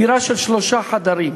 דירה של שלושה חדרים,